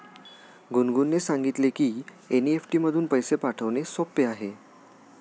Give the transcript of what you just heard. गुनगुनने सांगितले की एन.ई.एफ.टी मधून पैसे पाठवणे सोपे आहे